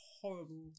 horrible